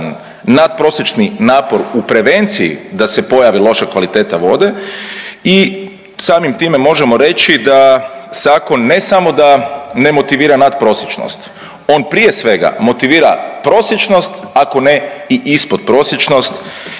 nadprosječni napor u prevenciji da se pojavi loša kvaliteta vode i samim time možemo reći da zakon, ne samo da ne motivira natprosječnost, on prije svega motivira prosječnost, ako ne i ispodprosječnost